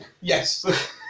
Yes